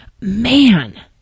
man